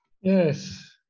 Yes